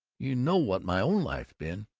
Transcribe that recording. you know what my own life's been.